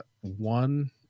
one